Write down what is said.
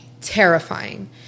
terrifying